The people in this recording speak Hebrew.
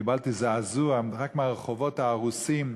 קיבלתי זעזוע רק מהרחובות ההרוסים.